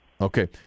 Okay